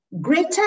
Greater